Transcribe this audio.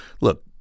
Look